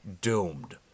doomed